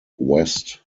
west